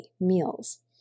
meals